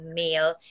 male